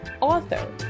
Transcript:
author